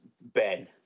Ben